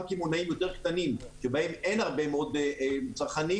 קמעונאים יותר קטנים שבהם אין הרבה מאוד צרכנים,